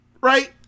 right